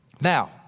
Now